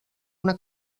una